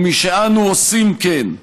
ומשאנו עושים כן,